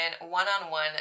one-on-one